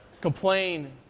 complain